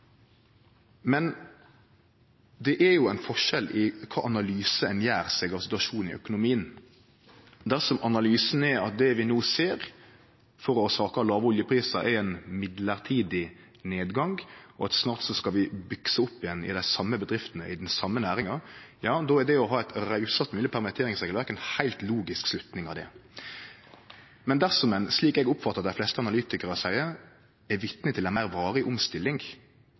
Men det er jo ein forskjell på kva for analyse ein gjer seg om situasjonen i økonomien. Dersom analysen er at det vi no ser, forårsaka av låge oljeprisar, er ein mellombels nedgang, og at snart skal vi bykse opp igjen i dei same bedriftene i den same næringa, ja då er det å ha eit rausast mogleg permitteringsregelverk ei heilt logisk slutning. Men dersom ein, slik eg oppfattar det dei fleste analytikarar seier, er vitne til ei meir varig omstilling,